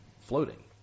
floating